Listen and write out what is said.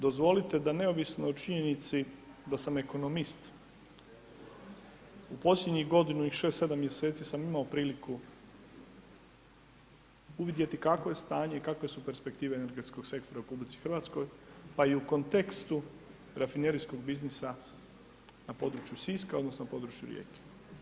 Dozvolite da neovisno o činjenici da sam ekonomist u posljednjih godinu i 6, 7 mjeseci sam imao priliku uvidjeti kakvo je stanje i kakve su perspektive energetskog sektora u RH pa i u kontekstu rafinerijskog biznisa na području Siska, odnosno područje Rijeke.